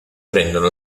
prendono